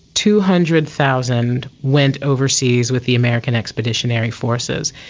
two hundred thousand went overseas with the american expeditionary forces,